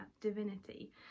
divinity